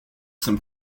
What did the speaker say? some